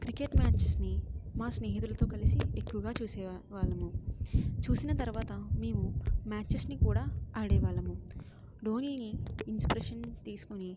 cricket మ్యాచ్ని మా స్నేహితులతో కలిసి ఎక్కువగా చూసేవాళ్ళము చూసిన తరువాత మేము మ్యాచెస్ని కూడా ఆడేవాళ్ళము ధోనిని ఇన్స్పిరేషన్ తీసుకుని